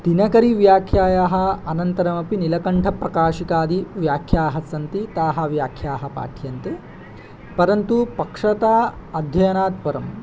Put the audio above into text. दिनकरीव्याख्यायाः अनन्तरमपि नीलकण्ठप्रकाशिकादिव्याख्याः सन्ति ताः व्याख्याः पाठ्यन्ते परन्तु पक्षता अध्ययनात् परं